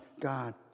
God